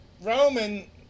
Roman